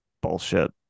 bullshit